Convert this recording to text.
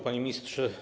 Panie Ministrze!